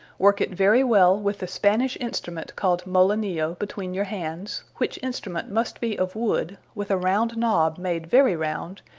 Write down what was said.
work it very well with the spanish instrument called molenillo between your hands which instrument must be of wood, with a round knob made very round,